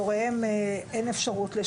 ההורים.